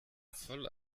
voll